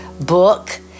book